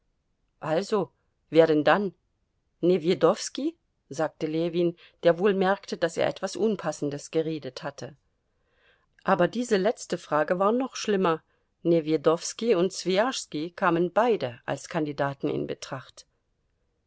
also wer denn dann newjedowski sagte ljewin der wohl merkte daß er etwas unpassendes geredet hatte aber diese letzte frage war noch schlimmer newjedowski und swijaschski kamen beide als kandidaten in betracht